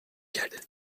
کرده